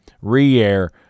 re-air